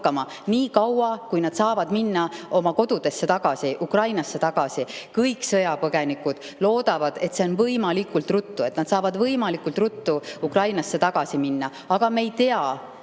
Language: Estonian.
nii kaua, kuni nad saavad minna tagasi oma kodudesse, tagasi Ukrainasse. Kõik sõjapõgenikud loodavad, et see juhtub võimalikult ruttu, et nad saavad võimalikult ruttu Ukrainasse tagasi minna. Aga me ei tea,